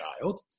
child